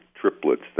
triplets